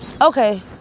Okay